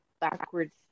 backwards